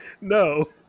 No